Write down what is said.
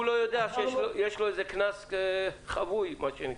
לא יודע שיש לו קנס "חבוי" מה שנקרא.